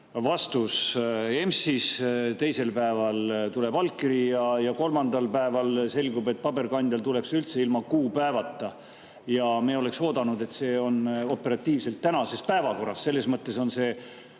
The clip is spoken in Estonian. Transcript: vastus EMS-is, teisel päeval tuleb allkiri ja kolmandal päeval selgub, et paberkandjal on [vastus] üldse ilma kuupäevata. Me oleks oodanud, et see on operatiivselt tänases päevakorras. Selles mõttes on